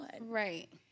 Right